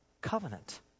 covenant